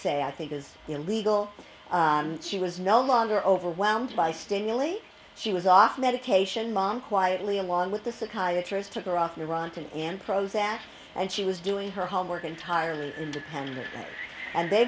say i think is illegal she was no longer overwhelmed by stanley she was off medication mom quietly along with the psychiatrist took her off neurontin and prozac and she was doing her homework entirely independent and they